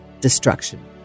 destruction